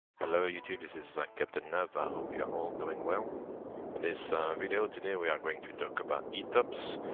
hello youtube this is captain nav, i hope you're all doing well. in this video today we are going to talk about etops,